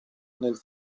nel